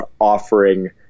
offering